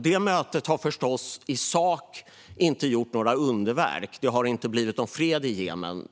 Det mötet har förstås inte i sak gjort några underverk. Det har inte blivit fred i Jemen.